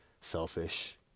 selfish